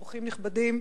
אורחים נכבדים,